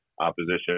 opposition